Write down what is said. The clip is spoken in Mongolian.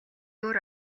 өөр